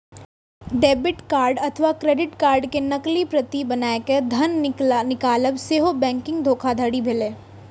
debit card अथवा credit card के नकली प्रति बनाय कें धन निकालब सेहो बैंकिंग धोखाधड़ी भेलै